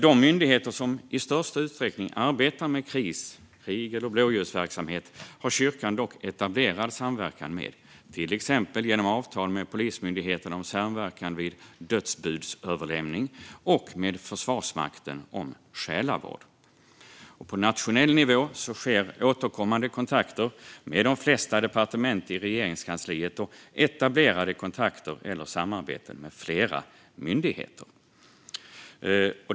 De myndigheter som i störst utsträckning arbetar med kris, krig eller blåljusverksamhet har kyrkan dock etablerad samverkan med, till exempel genom avtal med Polismyndigheten om samverkan vid dödsbudsöverlämning och med Försvarsmakten om själavård. På nationell nivå sker återkommande kontakter med de flesta departement i Regeringskansliet och etablerade kontakter eller samarbeten med flera myndigheter.